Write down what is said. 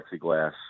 plexiglass